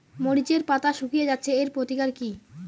মরিচের পাতা শুকিয়ে যাচ্ছে এর প্রতিকার কি?